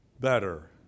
better